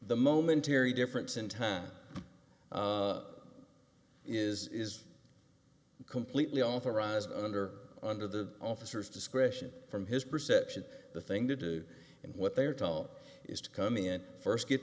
the momentary difference in time is completely authorized under under the officer's discretion from his perception the thing to do and what they are told is to come in first get